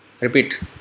Repeat